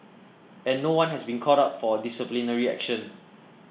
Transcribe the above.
and no one has been called up for disciplinary action